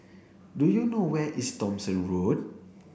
do you know where is Thomson Road